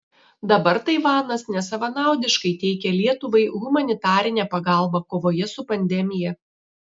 dabar taivanas nesavanaudiškai teikia lietuvai humanitarinę pagalbą kovoje su pandemija